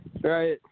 Right